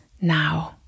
now